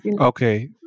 Okay